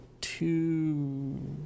two